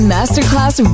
Masterclass